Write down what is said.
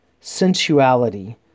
sensuality